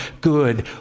good